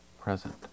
present